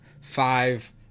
five